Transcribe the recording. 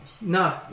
no